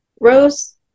rose